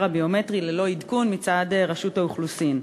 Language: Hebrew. הביומטרי ללא עדכון מצד רשות האוכלוסין.